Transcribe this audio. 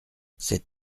cet